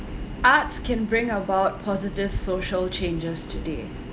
arts can bring about positive social changes today